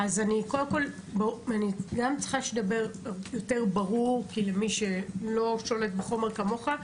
אני צריכה שתדבר יותר ברור למי שלא שולט בחומר כמוך.